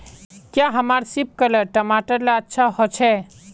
क्याँ हमार सिपकलर टमाटर ला अच्छा होछै?